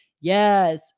Yes